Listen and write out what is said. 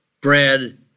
bread